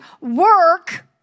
work